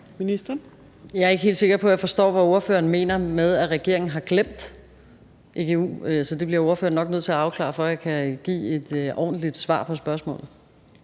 Jeg er ikke helt sikker på, at jeg forstår, hvad spørgeren mener med, at regeringen har glemt egu, så det bliver spørgeren nok nødt til at afklare, for at jeg kan give et ordentligt svar på spørgsmålet.